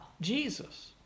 Jesus